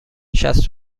شصت